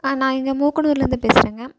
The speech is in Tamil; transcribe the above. ஆ நான் இங்கே மூக்கனூர்லேருந்து பேசுறேங்க